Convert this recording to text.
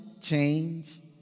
change